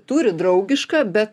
turi draugišką bet